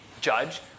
judge